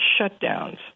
shutdowns